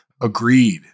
agreed